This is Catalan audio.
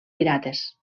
pirates